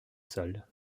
sol